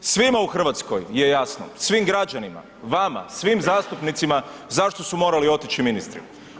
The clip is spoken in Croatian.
Svima u Hrvatskoj je jasno, svim građanima, vama, svim zastupnicima zašto su morali otići ministri.